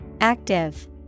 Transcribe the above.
Active